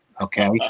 Okay